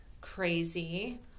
crazy